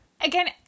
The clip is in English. again